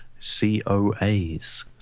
COAs